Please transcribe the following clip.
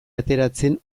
ateratzen